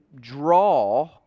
draw